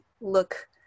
look